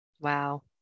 Wow